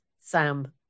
Sam